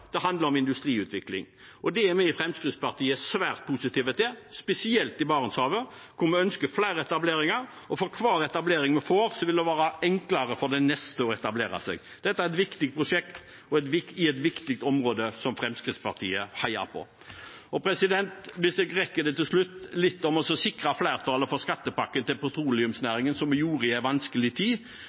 det handler om industriutvikling. Det er vi i Fremskrittspartiet svært positive til, spesielt i Barentshavet, hvor vi ønsker flere etableringer. Og for hver etablering vi får, vil det være enklere for den neste å etablere seg. Dette er et viktig prosjekt i et viktig område som Fremskrittspartiet heier på. Og til slutt, hvis jeg rekker det, litt om å sikre flertall for skattepakken til petroleumsnæringen, som vi gjorde i en vanskelig tid. I ettertid har det vist seg at skattepakken kom i akkurat passe tid